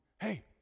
Hey